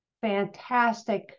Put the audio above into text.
Fantastic